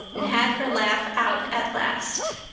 and had her laugh out at last.